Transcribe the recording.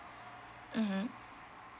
mmhmm